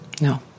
no